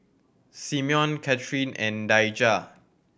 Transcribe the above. Simeon Cathrine and Daija